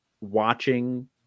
watching